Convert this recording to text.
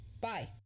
Bye